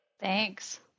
Thanks